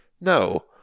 No